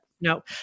No